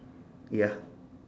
ya